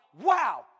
wow